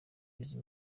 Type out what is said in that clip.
izi